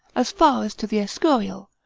as far as to the escurial,